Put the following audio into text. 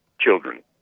children